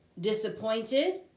disappointed